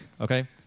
okay